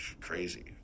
crazy